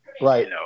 Right